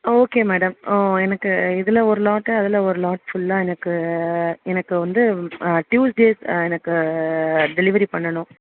okay madam எனக்கு இதில் ஒரு லாட்டு அதில் ஒரு லாட் ஃபுல்லாக எனக்கு எனக்கு வந்து டியூஸ்டே எனக்கு டெலிவரி பண்ணணும்